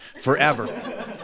forever